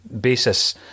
basis